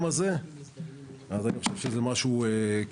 הזה - אז אני חושב שזה משהו קריטי.